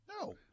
No